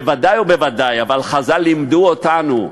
בוודאי ובוודאי, אבל חז"ל לימדו אותנו: